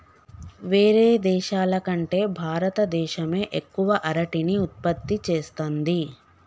వేరే దేశాల కంటే భారత దేశమే ఎక్కువ అరటిని ఉత్పత్తి చేస్తంది